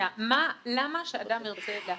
למה שאדם ירצה להקפיא?